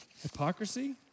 Hypocrisy